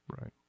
Right